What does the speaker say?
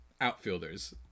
outfielders